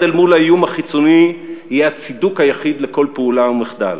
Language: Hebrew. אל מול האיום החיצוני יהיה הצידוק היחיד לכל פעולה ומחדל.